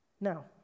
Now